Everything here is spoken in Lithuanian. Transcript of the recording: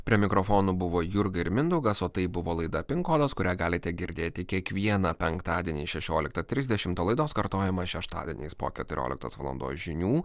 prie mikrofonų buvo jurga ir mindaugas o tai buvo laida pin kodas kurią galite girdėti kiekvieną penktadienį šešioliktą trisdešimt o laidos kartojimas šeštadieniais po keturioliktos valandos žinių